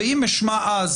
ואם אשמע אז